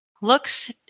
looks